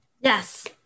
Yes